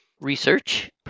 research